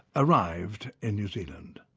arrived in new zealand.